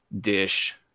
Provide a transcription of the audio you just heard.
dish